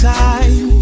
time